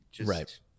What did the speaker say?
right